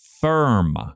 firm